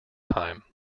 time